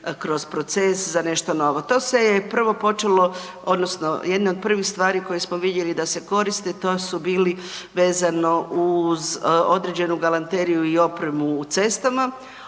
kroz proces za nešto novo. To se je prvo počelo odnosno jedna od prvih stvari koje smo vidjeli da se koriste, to su bili vezano uz određenu galanteriju i opremu u cestama,